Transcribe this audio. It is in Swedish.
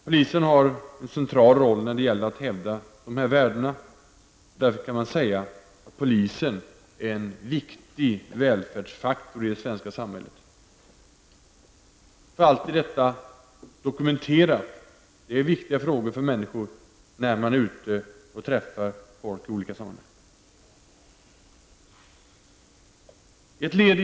Polisen har en central roll när det gäller att hävda dessa värden. Därför kan man säga att polisen är en viktig välfärdsfaktor i det svenska samhället. Detta är viktiga frågor för människor -- det framgår när man är ute och träffar folk i olika sammanhang.